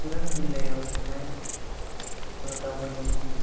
सिरां जिल्लायाव थानाय दावबायनायनि